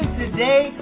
today